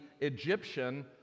Egyptian